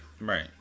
Right